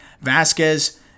Vasquez